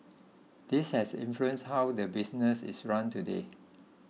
this has influenced how the business is run today